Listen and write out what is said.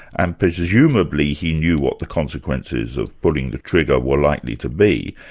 and presumably he knew what the consequences of pulling the trigger were likely to be.